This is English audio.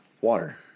water